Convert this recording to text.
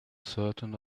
certain